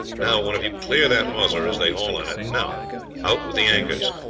now, one of you, clear that hawser as they haul on it. now out with the anchors.